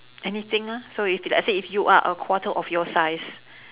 anything ah so if let's say you are a quarter of your size